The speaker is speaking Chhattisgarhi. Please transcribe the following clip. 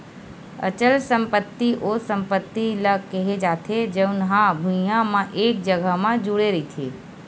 अचल संपत्ति ओ संपत्ति ल केहे जाथे जउन हा भुइँया म एक जघा म जुड़े रहिथे